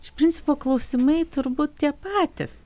iš principo klausimai turbūt tie patys